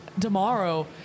tomorrow